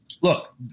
look